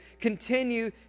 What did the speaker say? continue